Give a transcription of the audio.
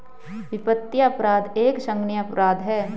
वित्तीय अपराध एक संगीन अपराध है